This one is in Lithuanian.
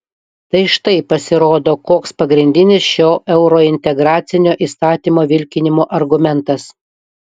tai štai pasirodo koks pagrindinis šio eurointegracinio įstatymo vilkinimo argumentas